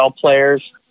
players